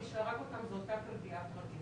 מי שהרג אותם זו אותה כלביה פרטית.